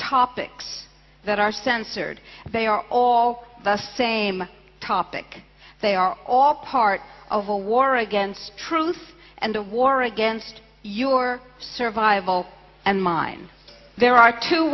topics that are censored they are all the same topic they are all part of a war against truth and the war against your survival and mine there are two